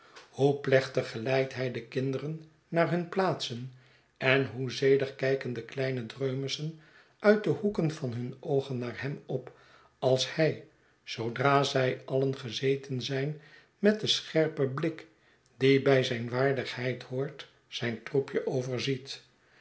plechtig geleidt hij de kinderen naar hun plaatsen en hoe zedig kijken de kleine dreumissen uit de hoeken van hun oogen naar hem op als hij zoodra zij alien gezeten zijn met den scherpen blik die bij zijn waardigheid behoort zijn troepje overziet